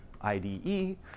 IDE